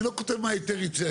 אני לא כותב מה ההיתר ייצא.